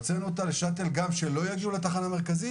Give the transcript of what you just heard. הוצאנו אותה לשאט"ל גם שלא יגיעו לתחנה מרכזית